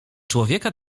człowieka